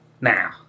Now